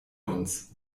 uns